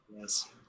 Yes